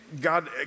God